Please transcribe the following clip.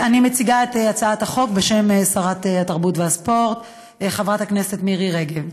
אני מציגה את הצעת החוק בשם שרת התרבות והספורט חברת הכנסת מירי רגב.